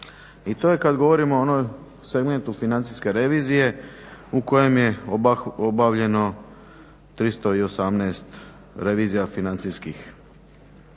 i to je kada govorimo o onom segmentu financijske revizije u kojem je obavljeno 318 revizija financijskih,